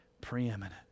preeminent